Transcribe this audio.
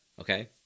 okay